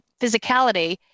physicality